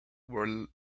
were